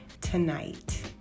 tonight